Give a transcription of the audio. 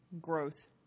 growth